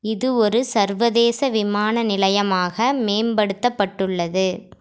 இது ஒரு சர்வதேச விமான நிலையமாக மேம்படுத்தப்பட்டுள்ளது